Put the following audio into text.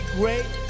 great